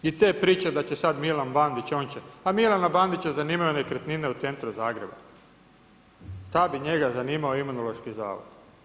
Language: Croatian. I te priče da će sada Milan Bandić, on će, ma Milana Bandića zanimaju nekretnine u centru Zagreba, šta bi njega zanimao Imunološki zavod?